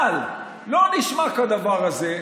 אבל לא נשמע כדבר הזה.